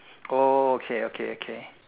oh okay okay okay